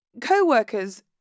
co-workers